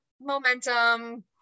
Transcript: momentum